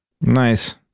Nice